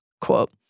Quote